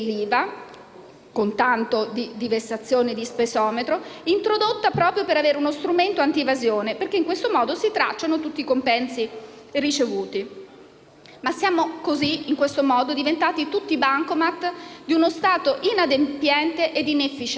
con tanto di vessazione dello spesometro, introdotta proprio per avere uno strumento antievasione, perché in questo modo si tracciano tutti i compensi ricevuti. In tal modo siamo diventati tutti Bancomat di uno Stato inadempiente ed inefficiente.